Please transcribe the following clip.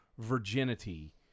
virginity